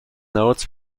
notes